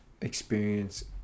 experience